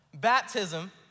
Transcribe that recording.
Baptism